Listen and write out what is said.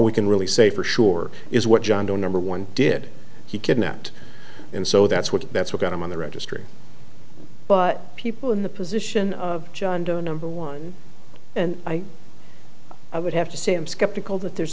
we can really say for sure is what john doe number one did he kidnapped and so that's what that's what got him on the registry but people in the position of john doe number one and i i would have to say i'm skeptical that there's